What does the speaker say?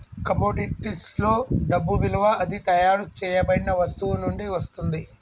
కమోడిటీస్లో డబ్బు విలువ అది తయారు చేయబడిన వస్తువు నుండి వస్తుంది